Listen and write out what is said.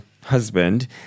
husband